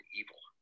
evil